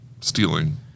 stealing